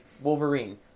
Wolverine